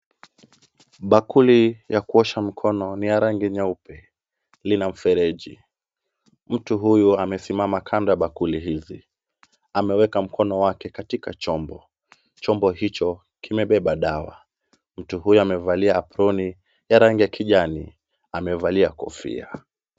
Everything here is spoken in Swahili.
Bakuli ya kuosha mkono ni ya rangi nyeupe lina mfereji. Mtu huyu amesimama kando ya bakuli hizi, ameweka mkono wake katika chombo. Chombo hicho kimebeba dawa. Mtu huyu amevalia aproni ya rangi ya kijani, amevalia kofia.